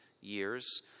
years